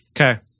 Okay